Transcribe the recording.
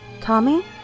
Tommy